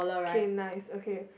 K nice okay